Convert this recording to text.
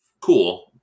cool